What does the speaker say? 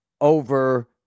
over